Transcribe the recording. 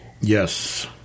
Yes